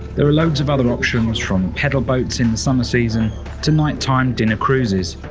there are loads of other options from pedal boats in the summer season to nighttime dinner cruises.